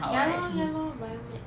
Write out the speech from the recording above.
ya lor ya lor biomed